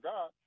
God